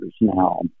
now